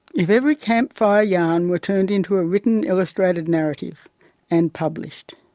if every camp fire yarn were turned into a written illustrated narrative and published.